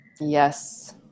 yes